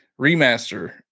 remaster